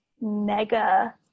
mega